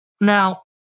Now